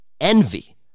envy